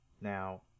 Now